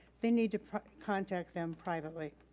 they need to contact them privately.